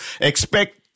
expect